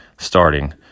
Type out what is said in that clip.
Starting